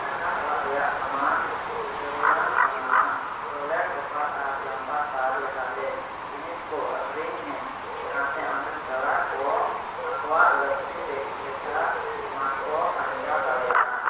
ᱫᱟᱠᱟ ᱚᱲᱟᱜ ᱨᱮᱱᱟᱜ ᱥᱟᱢᱟᱱ ᱡᱟᱹᱨᱩᱲᱟᱱ ᱥᱟᱢᱟᱱ ᱴᱚᱭᱴᱮᱞ ᱯᱮᱯᱟᱨ ᱟᱨ ᱡᱟᱢᱯᱟᱨ ᱛᱟᱨ ᱞᱮᱠᱟᱛᱮ ᱡᱤᱱᱤᱥ ᱠᱚ ᱟᱹᱠᱷᱨᱤᱧᱢᱮ ᱡᱟᱦᱟᱸᱛᱮ ᱟᱢᱨᱮᱱ ᱯᱮᱲᱟᱠᱚ ᱟᱠᱚᱣᱟᱜ ᱞᱟᱹᱠᱛᱤ ᱞᱮᱠᱟ ᱚᱱᱟᱠᱚ ᱥᱟᱧᱪᱟᱣ ᱫᱟᱲᱮᱭᱟᱜᱼᱟ